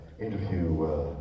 interview